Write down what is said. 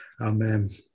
Amen